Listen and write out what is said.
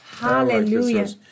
hallelujah